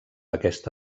aquesta